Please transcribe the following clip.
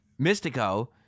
Mystico